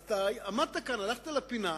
אז עמדת כאן, הלכת לפינה,